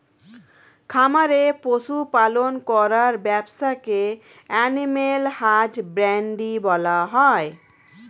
খামারে পশু পালন করার ব্যবসাকে অ্যানিমাল হাজবেন্ড্রী বলা হয়